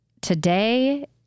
Today